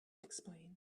explain